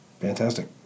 Fantastic